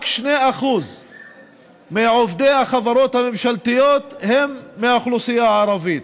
רק 2% מעובדי החברות הממשלתיות הם מהאוכלוסייה הערבית.